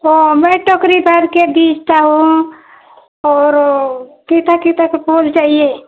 वह मैं टोकरी भरकर बेचता हूँ और ओ केथा केथा के फूल चाहिए